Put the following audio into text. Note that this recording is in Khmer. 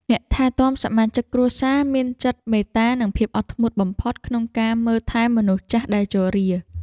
អ្នកថែទាំសមាជិកគ្រួសារមានចិត្តមេត្តា និងភាពអត់ធ្មត់បំផុតក្នុងការមើលថែមនុស្សចាស់ដែលជរា។